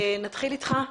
נתחיל איתך,